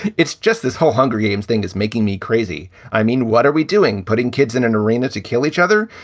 it's just this whole hunger games thing is making me crazy. i mean, what are we doing putting kids in an arena to kill each other?